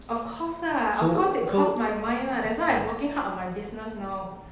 of course lah of cause it cross my mind lah that's why I'm working hard on my business now